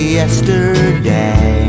yesterday